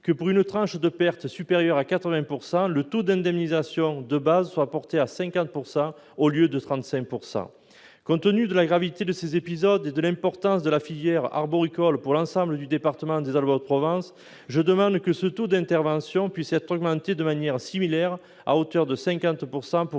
que, pour une tranche de perte supérieure à 80 %, le taux d'indemnisation de base soit porté à 50 % au lieu de 35 %. Compte tenu de la gravité de ces épisodes et de l'importance de la filière arboricole pour l'ensemble du département des Alpes-de-Haute-Provence, je demande que, de manière similaire, ce taux d'intervention soit augmenté à hauteur de 50 % pour